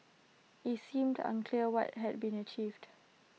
IT seemed unclear what had been achieved